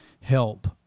help